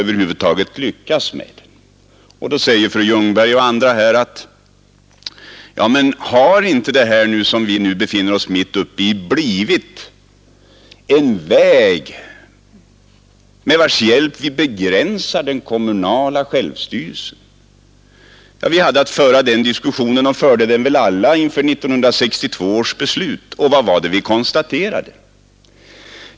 Vidare säger fröken Ljungberg och andra här: Men har inte det som vi nu befinner oss mitt uppe i blivit en väg med vars hjälp vi begränsar den kommunala självstyrelsen? Ja, den diskussionen förde vi väl alla inför 1962 års beslut, och vad var det vi konstaterade?